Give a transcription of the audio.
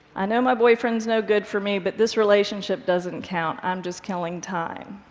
i know my boyfriend's no good for me, but this relationship doesn't count. i'm just killing time.